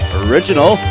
original